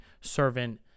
servant